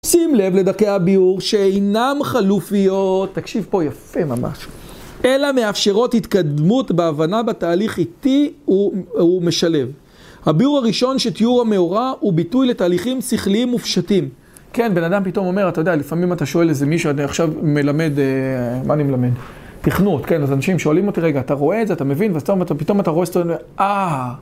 שים לב לדקי הביור שאינם חלופיות, תקשיב פה, יפה ממש, אלא מאפשרות התקדמות בהבנה בתהליך איתי ומשלב. הביור הראשון שטיור המאורע הוא ביטוי לתהליכים שכליים מופשטים. כן, בן אדם פתאום אומר, אתה יודע, לפעמים אתה שואל איזה מישהו, אני עכשיו מלמד, מה אני מלמד? תכנות, כן, אז אנשים שואלים אותי, רגע, אתה רואה את זה, אתה מבין, פתאום אתה רואה את זה ואהההההההההההההההההה